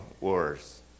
wars